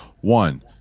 one